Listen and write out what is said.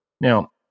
Now